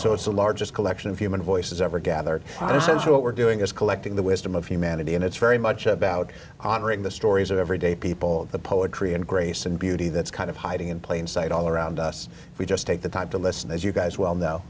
so it's the largest collection of human voices ever gathered on this is what we're doing is collecting the wisdom of humanity and it's very much about honoring the stories of everyday people the poetry and grace and beauty that's kind of hiding in plain sight all around us if we just take the time to listen as you guys well kno